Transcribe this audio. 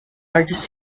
largest